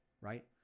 right